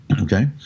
Okay